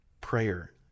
prayer